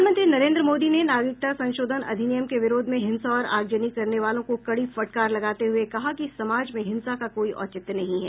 प्रधानमंत्री नरेन्द्र मोदी ने नागरिकता संशोधन अधिनियम के विरोध में हिंसा और आगजनी करने वालों को कड़ी फटकार लगाते हुए कहा कि समाज में हिंसा का कोई औचित्य नहीं है